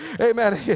amen